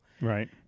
Right